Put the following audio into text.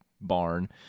barn